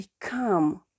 become